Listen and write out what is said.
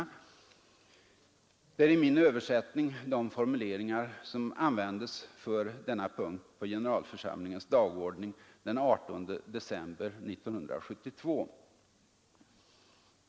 Det är i min översättning de formuleringar som användes för denna punkt på generalförsamlingens dagordning den 18 december 1972.